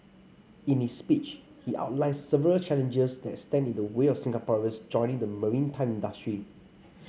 in his speech he outlined several challenges that stand in the way of Singaporeans joining the maritime industry